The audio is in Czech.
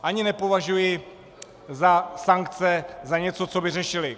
Ani nepovažuji sankce za něco, co by řešily.